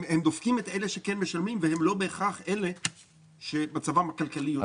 דופקים את אלה שכן משלמים והם לא בהכרח אלה שמצבם הכלכלי טוב.